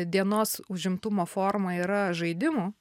dienos užimtumo forma yra žaidimų